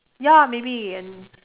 ya maybe and